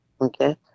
Okay